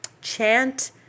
chant